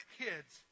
kids